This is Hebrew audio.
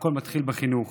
והכול מתחיל בחינוך.